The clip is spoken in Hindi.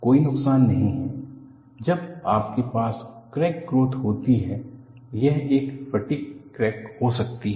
कोई नुकसान नहीं है जब आपके पास क्रैक ग्रोथ होती है यह एक फटीग क्रैक हो सकती है